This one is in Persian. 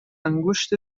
انگشت